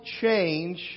change